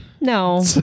no